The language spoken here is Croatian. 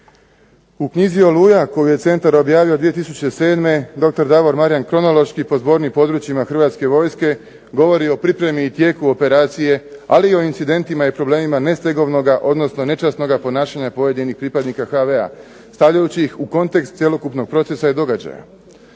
U Knjizi Oluja koju je Centar objavio 2007. dr. Davor Marijan kronološki po zbornim područjima Hrvatske vojske govori o tijeku i pripremi operacije ali i o incidentima i problemima ne stegovnoga odnosno nečasnoga ponašanja pojedinih pripadnika HV-a, stavljajući ih u kontekst cjelokupnog procesa i događaja.